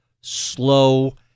slow